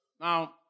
Now